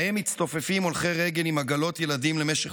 שבהם מצטופפים הולכי רגל עם עגלות ילדים למשך